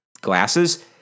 glasses